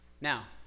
Now